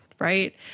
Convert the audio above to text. Right